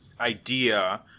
idea